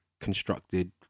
constructed